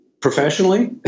professionally